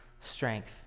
strength